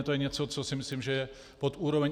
To je něco, co si myslím, že je pod úroveň.